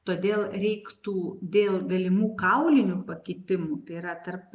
todėl reiktų dėl galimų kaulinių pakitimų tai yra tarp